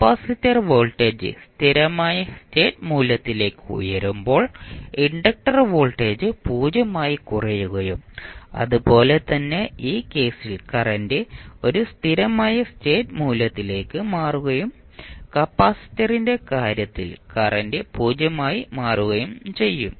capacitor voltage സ്ഥിരമായ state മൂല്യത്തിലേക്ക് ഉയരുമ്പോൾ ഇൻഡക്റ്റർ വോൾട്ടേജ് 0 ആയി കുറയുകയും അതുപോലെ തന്നെ ഈ കേസിൽ കറന്റ് ഒരു സ്ഥിരമായ സ്റ്റേറ്റ് മൂല്യത്തിലേക്ക് മാറുകയും കപ്പാസിറ്ററിന്റെ കാര്യത്തിൽ കറന്റ് 0 ആയി മാറുകയും ചെയ്യും